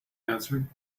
answered